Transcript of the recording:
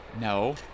No